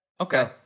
Okay